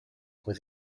with